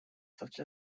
such